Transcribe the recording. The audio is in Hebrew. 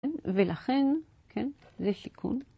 ולכן, כן, זה סיכון.